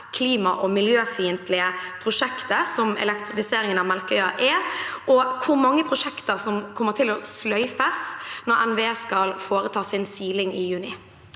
klima- og miljøfiendtlige prosjektet som elektrifiseringen av Melkøya er, og hvor mange prosjekter som kommer til å sløyfes når NVE skal foreta sin siling i juni.